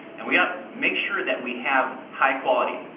and we have to make sure that we have high quality.